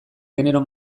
genero